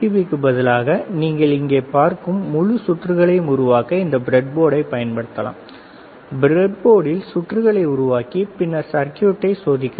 பிக்கு பதிலாக நீங்கள் இங்கே பார்க்கும் முழு சுற்றுகளையும் உருவாக்க இந்த ப்ரெட்போர்டைப் பயன்படுத்தலாம் பிரெட்போர்டில் சுற்றுகளை உருவாக்கி பின்னர் சர்க்யூட்டை சோதிக்கவும்